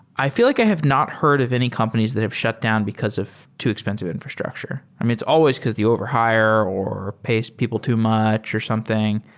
i feel like i have not heard of any companies that have shut down because of too expensive infrastructure. i mean, it's always because they over-hire or pays people too much or something.